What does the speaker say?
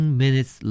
minutes